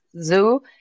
zoo